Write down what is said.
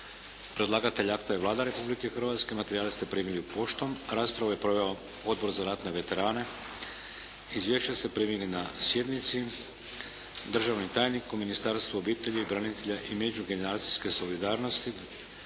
Predlagatelj akta je Vlada Republike Hrvatske. Materijale ste primili poštom. Raspravu je proveo Odbor za ratne veterane. Izvješće ste primili na sjednici. Državni tajnik Ministarstva obitelji, branitelja i međugeneracijske solidarnosti,